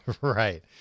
Right